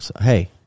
hey